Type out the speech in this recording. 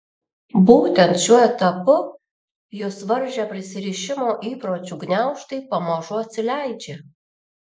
būtent šiuo etapu jus varžę prisirišimo įpročių gniaužtai pamažu atsileidžia